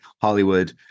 Hollywood